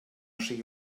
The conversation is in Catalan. sigui